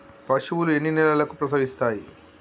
పశువులు ఎన్ని నెలలకు ప్రసవిస్తాయి?